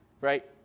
right